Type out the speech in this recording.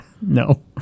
No